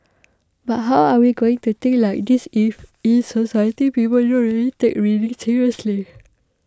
but how are we going to think like this if in society people don't really take reading seriously